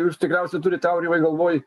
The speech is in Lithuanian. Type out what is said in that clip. jūs tikriausiai turite aurimai galvoj